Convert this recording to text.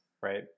Right